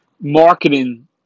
marketing